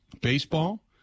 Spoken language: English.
baseball